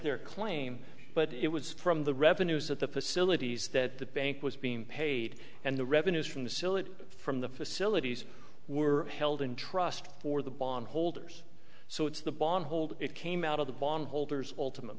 their claim but it was from the revenues that the facilities that the bank was being paid and the revenues from the cillit from the facilities were held in trust for the bondholders so it's the bond hold it came out of the bond holders ultimate